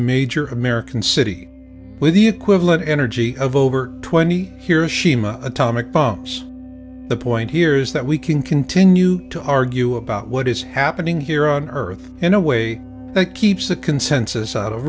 major american city with the equivalent energy of over twenty hiroshima atomic bombs the point here is that we can continue to argue about what is happening here on earth in a way that keeps the consensus out of